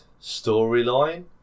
storyline